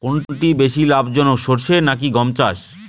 কোনটি বেশি লাভজনক সরষে নাকি গম চাষ?